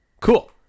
cool